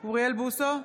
אוריאל בוסו,